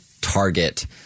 target